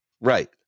right